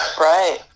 Right